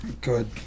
good